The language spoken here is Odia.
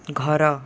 ଘର